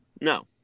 No